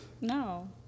No